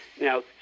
Now